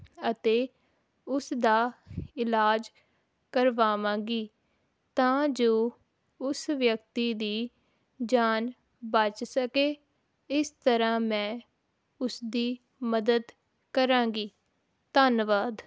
ਅਤੇ ਉਸ ਦਾ ਇਲਾਜ ਕਰਵਾਵਾਂਗੀ ਤਾਂ ਜੋ ਉਸ ਵਿਅਕਤੀ ਦੀ ਜਾਨ ਬਚ ਸਕੇ ਇਸ ਤਰ੍ਹਾਂ ਮੈਂ ਉਸਦੀ ਮਦਦ ਕਰਾਂਗੀ ਧੰਨਵਾਦ